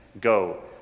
Go